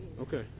Okay